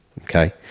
okay